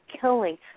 killing